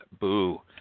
Boo